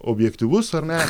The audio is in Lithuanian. objektyvus ar ne